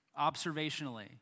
observationally